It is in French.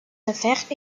affaires